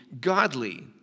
godly